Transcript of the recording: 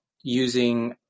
using